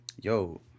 yo